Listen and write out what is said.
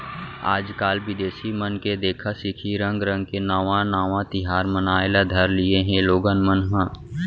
आजकाल बिदेसी मन के देखा सिखी रंग रंग के नावा नावा तिहार मनाए ल धर लिये हें लोगन मन ह